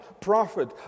prophet